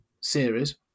series